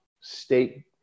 state